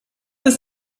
ist